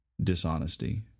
dishonesty